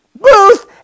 booth